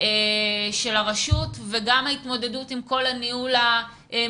של הרשות וגם ההתמודדות עם כל הניהול עם כל